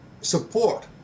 support